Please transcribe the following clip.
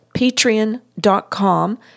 patreon.com